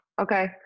Okay